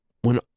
When